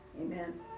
Amen